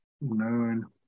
no